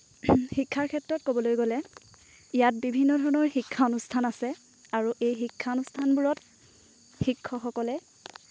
শিক্ষাৰ ক্ষেত্ৰত ক'বলৈ গ'লে ইয়াত বিভিন্ন ধৰণৰ শিক্ষা অনুষ্ঠান আছে আৰু এই শিক্ষা অনুষ্ঠানবোৰত শিক্ষকসকলে